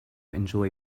enjoy